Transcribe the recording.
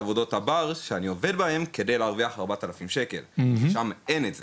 עבודות הבר שבהן אני עובד על מנת להרוויח 4,000 ₪- שם אין את זה.